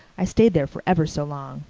i stayed there for ever so long.